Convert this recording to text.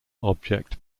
object